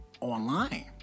Online